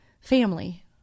family